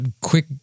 quick